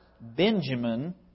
Benjamin